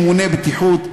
ממונה בטיחות.